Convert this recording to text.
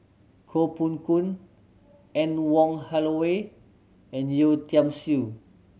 Koh Poh Koon Anne Wong Holloway and Yeo Tiam Siew